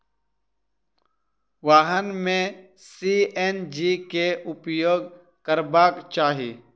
वाहन में सी.एन.जी के उपयोग करबाक चाही